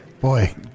Boy